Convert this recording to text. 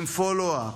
עם follow up.